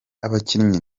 abakinnyi